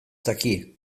daki